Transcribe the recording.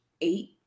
eight